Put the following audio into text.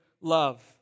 love